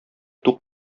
тук